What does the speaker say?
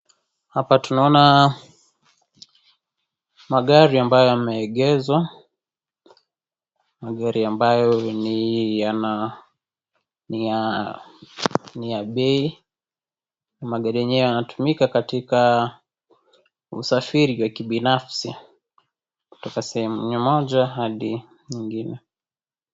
Hapa tunaona magari ambayo yameegeshwa, magari ambayo ni ya bei na magari yenyewe yanatumika katika usafiri wa kibinafsi kutoka sehemu moja hadi nyingine.